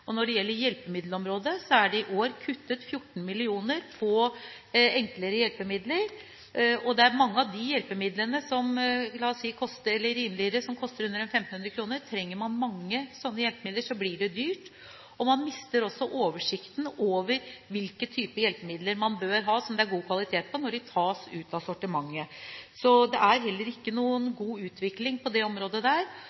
Når det gjelder hjelpemiddelområdet, er det i år kuttet 14 mill. kr på enklere hjelpemidler, og det er mange av de hjelpemidlene som – la oss si – koster under 1 500 kr. Trenger man mange slike hjelpemidler, blir det dyrt, og man mister også oversikten over hvilke typer hjelpemidler man bør ha som det er god kvalitet på, når de tas ut av sortimentet. Det er heller